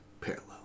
parallel